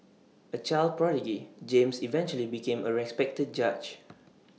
A child prodigy James eventually became A respected judge